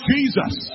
Jesus